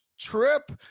trip